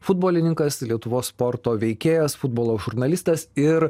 futbolininkas lietuvos sporto veikėjas futbolo žurnalistas ir